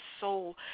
soul